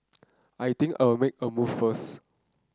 I think I'll make a move first